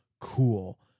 cool